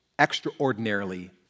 extraordinarily